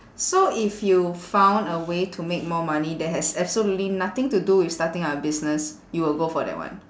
so if you found a way to make more money that has absolutely nothing to do with starting up a business you will go for that one